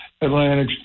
Atlantic